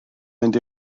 mynd